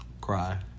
Cry